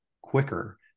quicker